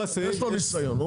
יש לו ניסיון,